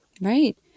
Right